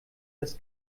des